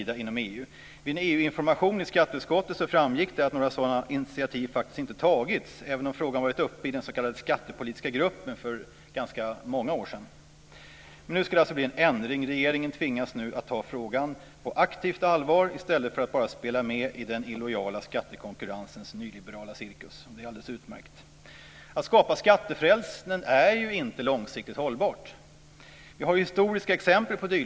Det framgick vid en EU-information i skatteutskottet att det faktiskt inte tagits några sådana initiativ, även om frågan varit uppe i den s.k. skattepolitiska gruppen för ganska många år sedan. Nu ska det alltså bli en ändring. Regeringen tvingas nu aktivt ta frågan på allvar i stället för att bara spela med i den illojala skattekonkurrensens nyliberala cirkus. Det är alldeles utmärkt. Att skapa skattefrälsen är ju inte långsiktigt hållbart. Vi har historiska exempel på sådana.